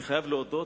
אני חייב להודות,